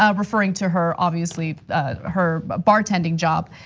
ah referring to her obviously her bartending job.